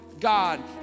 God